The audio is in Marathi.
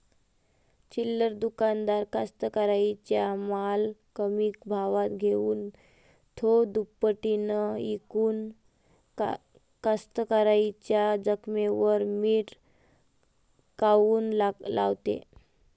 चिल्लर दुकानदार कास्तकाराइच्या माल कमी भावात घेऊन थो दुपटीनं इकून कास्तकाराइच्या जखमेवर मीठ काऊन लावते?